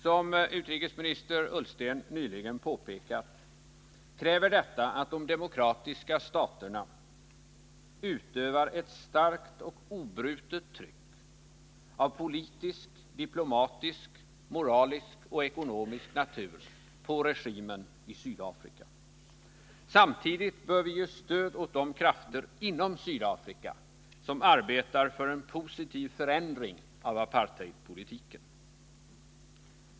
Som utrikesminister Ullsten nyligen påpekat kräver detta att de demokratiska staterna utövar ett starkt och oavbrutet tryck av politisk, diplomatisk, moralisk och ekonomisk natur på regimen i Sydafrika. Samtidigt bör vi ge stöd åt de krafter inom Sydafrika som arbetar för en positiv förändring av apartheidpolitiken.